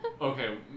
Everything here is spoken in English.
Okay